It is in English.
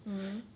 mmhmm